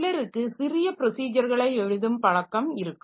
சிலருக்கு சிறிய ப்ரொசிஜர்களை எழுதும் பழக்கம் இருக்கும்